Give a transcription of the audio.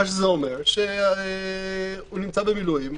זה אומר שהוא נמצא במילואים,